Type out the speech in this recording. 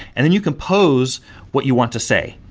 and then you compose what you want to say.